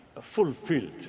fulfilled